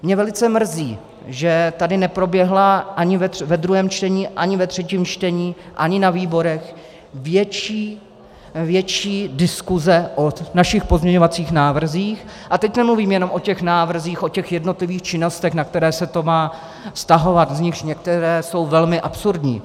Mě velice mrzí, že tady neproběhla ani ve druhém čtení, ani ve třetím člení, ani na výborech větší diskuse o našich pozměňovacích návrzích, a teď nemluvím jenom o těch návrzích, o těch jednotlivých činnostech, na které se to má vztahovat, z nichž některé jsou velmi absurdní.